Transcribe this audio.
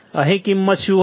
અહીં કિંમત શું હતી